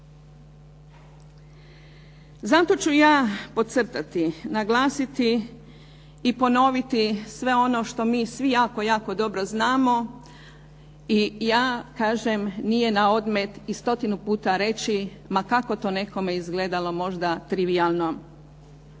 Zato ću ja podcrtati, naglasiti i ponoviti sve ono što mi svi jako, jako dobro znamo i ja kažem nije na odmet i stotinu puta reći, ma kako to nekome izgledalo možda trivijalno,